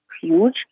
huge